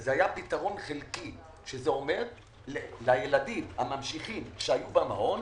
וזה היה פתרון חלקי זה אומר שלילדים הממשיכים שהיו במעון,